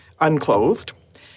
unclothed